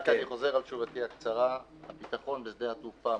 אני רק חוזר על תשובתי הקצרה: הביטחון בשדה התעופה,